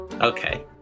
Okay